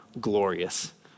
glorious